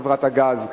או חברת הגז,